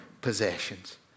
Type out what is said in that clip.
possessions